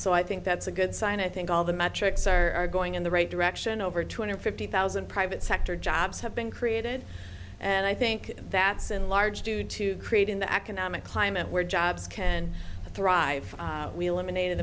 so i think that's a good sign i think all the metrics are going in the right direction over two hundred fifty thousand private sector jobs have been created and i think that's in large due to creating the economic climate where jobs can thrive we eliminated